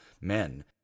men